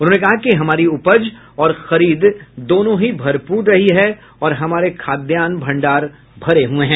उन्होंने कहा कि हमारी उपज और खरीद दोनों ही भरपूर रही है और हमारे खाद्यान भंडार भरे हुए हैं